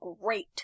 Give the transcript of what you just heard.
great